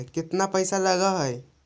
केतना पैसा लगय है?